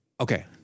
Okay